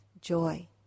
joy